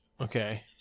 Okay